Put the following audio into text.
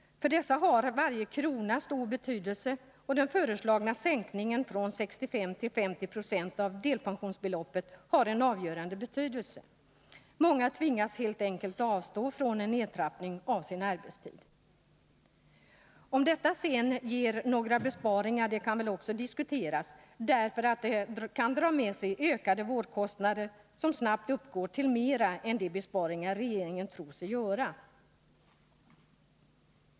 För dessa har varje krona stor betydelse, och den föreslagna sänkningen från 65 till 50 20 av delpensionsbeloppet har en avgörande betydelse. Många tvingas helt enkelt avstå från en nedtrappning av sin arbetstid. Om detta sedan ger några besparingar kan väl också diskuteras, därför att det kan dra med sig ökade vårdkostnader som snabbt uppgår till mera än de besparingar regeringen tror sig göra.